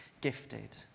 gifted